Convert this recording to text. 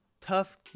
tough